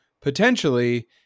potentially